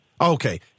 Okay